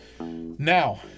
Now